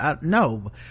no